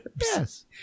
yes